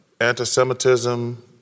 anti-Semitism